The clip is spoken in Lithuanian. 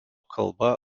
kalba